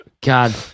God